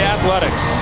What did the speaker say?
Athletics